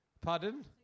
Pardon